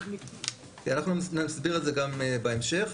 אנחנו נסביר את זה גם בהמשך.